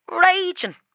raging